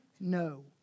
No